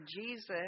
Jesus